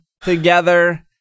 together